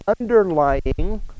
underlying